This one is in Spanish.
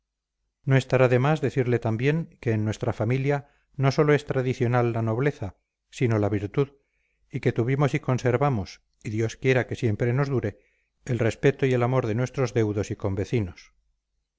no estará de más decirle también que en nuestra familia no sólo es tradicional la nobleza sino la virtud y que tuvimos y conservamos y dios quiera que siempre nos dure el respeto y el amor de nuestros deudos y convecinos